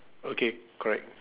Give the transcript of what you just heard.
okay correct